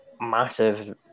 massive